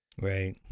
right